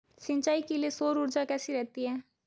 सिंचाई के लिए सौर ऊर्जा कैसी रहती है?